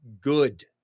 good